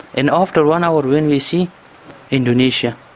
and after one hour when we see indonesia,